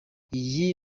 iyi